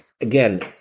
again